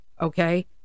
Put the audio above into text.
Okay